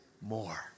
more